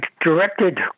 directed